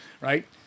Right